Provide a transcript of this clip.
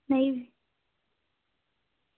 नेईं